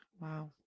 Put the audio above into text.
Wow